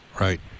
Right